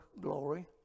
glory